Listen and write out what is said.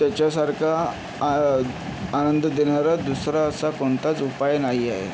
त्याच्यासारखा आ आनंद देणारा दुसरा असा कोणताच उपाय नाही आहे